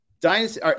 Dynasty